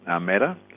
matter